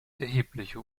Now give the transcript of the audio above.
erhebliche